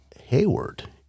Hayward